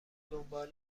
دنبال